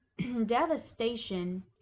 devastation